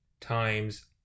times